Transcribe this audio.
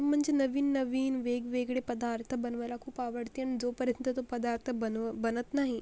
म्हणजे नवीननवीन वेगवेगळे पदार्थ बनवायला खूप आवडते आणि जोपर्यंत तो पदार्थ बनव बनत नाही